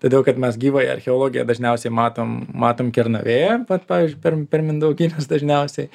todėl kad mes gyvąją archeologiją dažniausiai matom matom kernavėje vat pavyzdžiui per per mindaugines dažniausiai